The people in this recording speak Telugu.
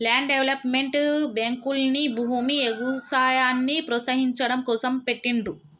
ల్యాండ్ డెవలప్మెంట్ బ్యేంకుల్ని భూమి, ఎగుసాయాన్ని ప్రోత్సహించడం కోసం పెట్టిండ్రు